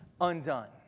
undone